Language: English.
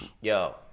yo